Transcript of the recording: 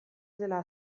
dela